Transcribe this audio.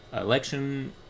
election